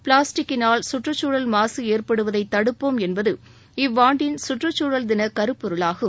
பிளாஸ்டிக்கினால் சுற்றுச்சூழல் மாசு ஏற்படுவதைத் தடுப்போம் என்பது இவ்வாண்டின் சுற்றுச்சூழல் தின கருப்பொருளாகும்